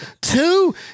two